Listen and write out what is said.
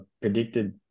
predicted